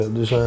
Dus